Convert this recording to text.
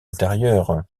intérieure